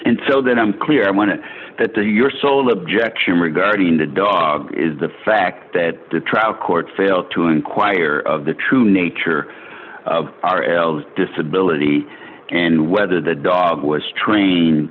and so that i'm clear on it that the your sole objection regarding the dog is the fact that the trial court failed to enquire of the true nature of r l's disability and whether the dog was trained